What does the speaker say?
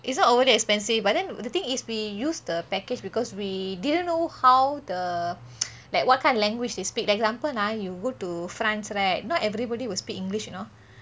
it's not overly expensive but then the thing is we use the package because we didn't know how the like what kind of language they speak like example ah you go to france right not everybody will speak english you know